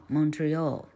Montreal